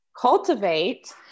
cultivate